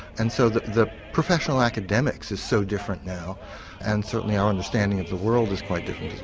and so the the professional academics is so different now and certainly our understanding of the world is quite different as